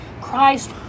Christ